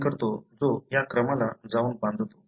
मी एक primer design करतो जो या क्रमाला जाऊन बांधतो